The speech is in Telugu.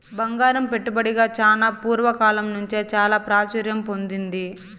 బంగారం పెట్టుబడిగా చానా పూర్వ కాలం నుంచే చాలా ప్రాచుర్యం పొందింది